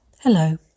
Hello